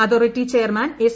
authority chairman S